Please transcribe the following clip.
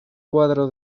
cuadro